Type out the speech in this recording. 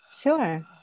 sure